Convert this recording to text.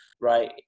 Right